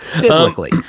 Biblically